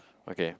okay